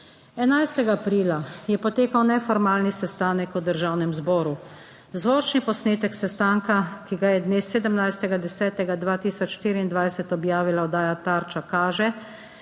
11. aprila je potekal neformalni sestanek v Državnem zboru. Zvočni posnetek sestanka, ki ga je dne 17. 10. 2024 objavila oddaja Tarča, kaže,